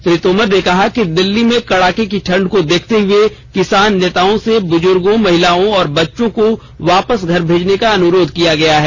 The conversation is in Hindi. श्री तोमर ने कहा कि दिल्ली में कड़ाके की ठंड को देखते हुए किसान नेताओं से बुजुर्गों महिलाओं और बच्चों को वापस घर भेजने का अनुरोध किया गया है